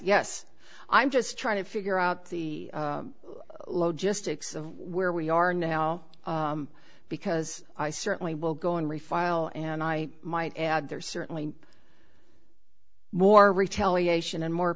yes i'm just trying to figure out the low just ticks of where we are now because i certainly will going refile and i might add there's certainly more retaliation and more